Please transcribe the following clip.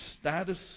status